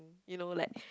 you know like